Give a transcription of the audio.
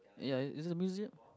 ya is is a museum